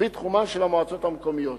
בתחומן של המועצות המקומיות.